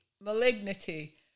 malignity